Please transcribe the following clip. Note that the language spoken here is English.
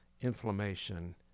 inflammation